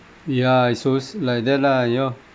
ya so it's like that lah you know